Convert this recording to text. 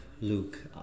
luke